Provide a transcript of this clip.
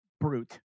brute